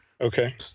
Okay